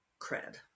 cred